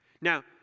Now